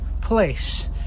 place